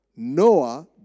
Noah